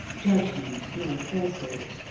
judgment nor forethought,